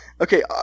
okay